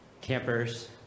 campers